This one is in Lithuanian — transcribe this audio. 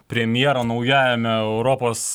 premjerą naujajame europos